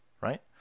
right